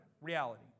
Reality